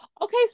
Okay